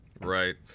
right